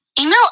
email